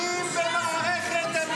תודה רבה.